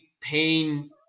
pain